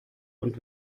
und